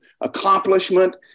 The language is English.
accomplishment